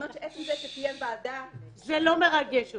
זאת אומרת עצם זה שתהיה ועדה --- זה לא מרגש אותך.